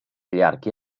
llarg